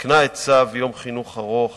תיקנה את צו יום חינוך ארוך